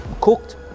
cooked